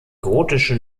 gotische